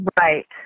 Right